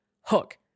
hook